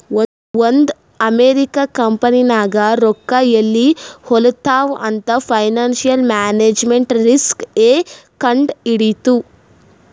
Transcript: ಒಂದ್ ಅಮೆರಿಕಾ ಕಂಪನಿನಾಗ್ ರೊಕ್ಕಾ ಎಲ್ಲಿ ಹೊಲಾತ್ತಾವ್ ಅಂತ್ ಫೈನಾನ್ಸಿಯಲ್ ಮ್ಯಾನೇಜ್ಮೆಂಟ್ ರಿಸ್ಕ್ ಎ ಕಂಡ್ ಹಿಡಿತ್ತು